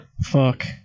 Fuck